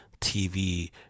tv